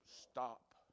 Stop